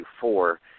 four